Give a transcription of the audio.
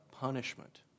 punishment